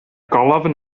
golofn